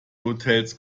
hotels